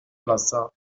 plaça